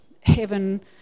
heaven